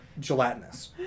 gelatinous